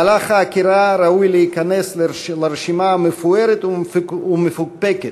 מהלך העקירה ראוי להיכנס לרשימה המפוארת והמפוקפקת